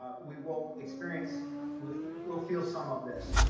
we will experience with will feel some of this.